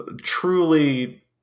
truly